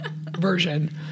version